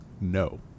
No